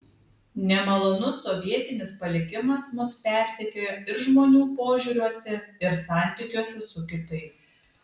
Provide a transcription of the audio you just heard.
nemalonus sovietinis palikimas mus persekioja ir žmonių požiūriuose ir santykiuose su kitais